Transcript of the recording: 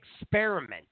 experiment